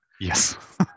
Yes